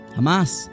Hamas